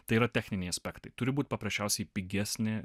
tai yra techniniai aspektai turi būt paprasčiausiai pigesni